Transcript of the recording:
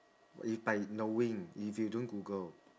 you by knowing if you don't google